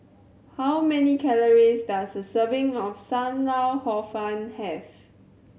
how many calories does a serving of Sam Lau Hor Fun have